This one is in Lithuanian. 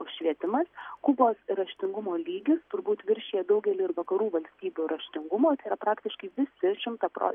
švietimas kubos raštingumo lygis turbūt viršija daugelį ir vakarų valstybių raštingumo praktiškai visi šimtą pro